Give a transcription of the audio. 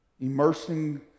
immersing